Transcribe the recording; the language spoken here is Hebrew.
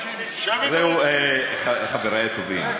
חברי הטובים,